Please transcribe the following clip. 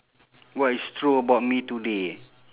what is true about me today